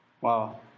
Wow